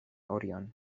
orion